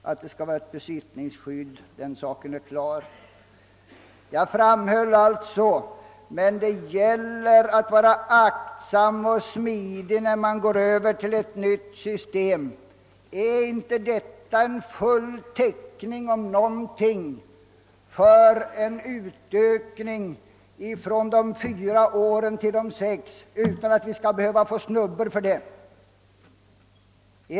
Att det skall vara besittningsskydd, den saken är klar.» Jag poängterade sålunda att vi skall vara aktsamma och smidiga vid övergången till ett nytt system, och detta ger väl om något full täckning för förslaget om en utsträckning av övergångstiden från fyra till sex år, utan att vi skall behöva få snubbor för det!